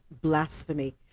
blasphemy